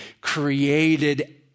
created